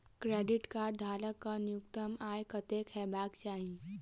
Credit card धारक कऽ न्यूनतम आय कत्तेक हेबाक चाहि?